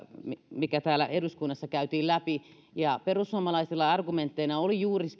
mikä täällä eduskunnassa käytiin läpi perussuomalaisilla argumentteina oli myöskin juuri se